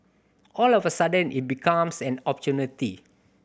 all of a sudden it becomes an opportunity